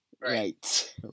Right